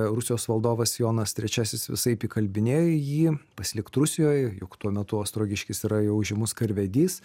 rusijos valdovas jonas trečiasis visaip įkalbinėja jį pasilikt rusijoj juk tuo metu ostrogiškis yra jau žymus karvedys